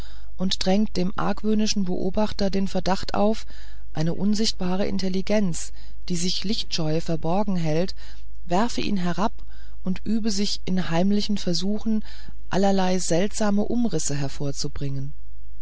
und drängt dem argwöhnischen beobachter den verdacht auf eine unsichtbare intelligenz die sich lichtscheu verborgen hält werfe ihn herab und übe sich in heimlichen versuchen allerlei seltsame umrisse hervorzubringen